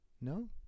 no